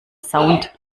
sound